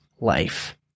life